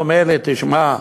הוא אמר לי: תשמע,